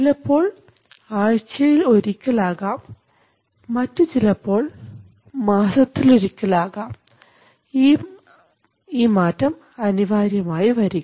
ചിലപ്പോൾ ആഴ്ചയിൽ ഒരിക്കൽ ആകാം മറ്റു ചിലപ്പോൾ മാസത്തിലൊരിക്കൽ ആകാം ഈ മാറ്റം അനിവാര്യമായി വരിക